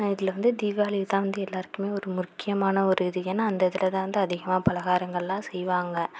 இதில் வந்து தீபாவளிதான் வந்து எல்லாருக்குமே ஒரு முக்கியமான ஒரு இது ஏன்னா அந்த இதுலதான் வந்து அதிகமாக பலகாரங்கள்லாம் செய்வாங்க